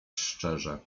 szczerze